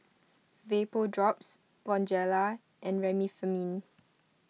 Vapodrops Bonjela and Remifemin